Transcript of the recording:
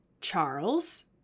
Charles